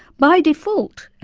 by default,